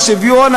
השוויון,